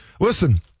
Listen